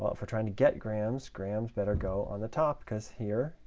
well, if we're trying to get grams, grams better go on the top, because here,